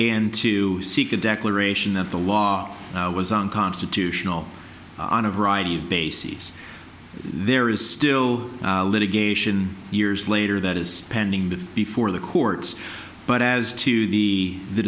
and to seek a declaration that the law was unconstitutional on a variety of bases there is still litigation years later that is pending the before the courts but as to the